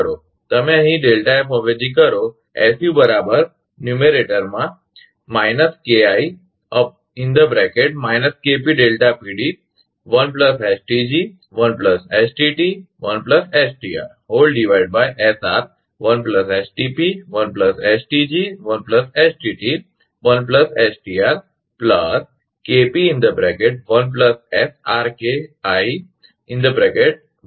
તમે અહીં અવેજી કરો